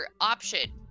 option